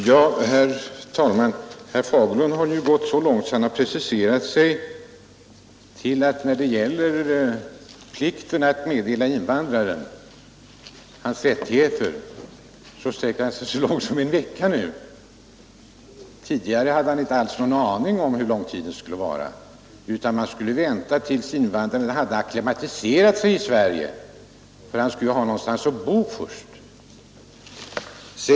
Herr talman! Herr Fagerlund har nu preciserat sig när det gäller vikten att upplysa invandraren om hans rättigheter. Nu säger herr Fagerlund att det skall ske inom en vecka. Tidigare hade han ingen aning om hur lång tiden skulle vara. Man skulle vänta tills invandraren hade acklimatiserat sig i Sverige, han skulle ha någonstans att bo först etc.